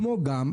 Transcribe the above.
כמו גם,